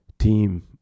team